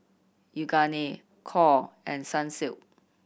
Yoogane Knorr and Sunsilk